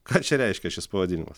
ką čia reiškia šis pavadinimas